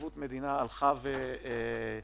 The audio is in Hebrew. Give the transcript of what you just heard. הישיבה ננעלה בשעה 11:00.